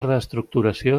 reestructuració